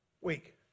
week